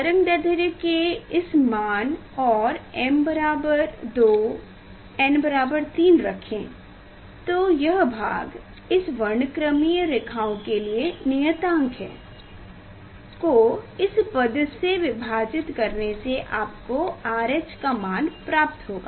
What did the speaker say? तरंगदैर्ध्य के इस मान और m बराबर 2 और n बराबर 3 रखें तो यह भाग इस वर्णक्रमीय रेखाओं के लिए नियतांक है को इस पद से विभाजित करने से आपको RH का मान प्राप्त होगा